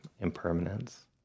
impermanence